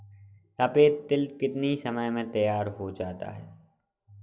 सफेद तिल कितनी समय में तैयार होता जाता है?